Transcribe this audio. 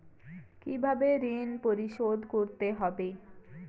কিভাবে ঋণ পরিশোধ করতে হবে?